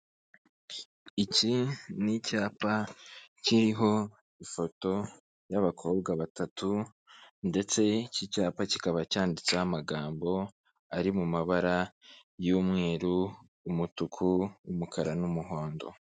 Iki ni icyapa kiriho ifoto y'abakobwa batatu ndetse iki cyapa kikaba cyanditseho amagambo ari mu mabara y'umweru, umutuku ,umukara n'umuhondo.